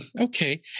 okay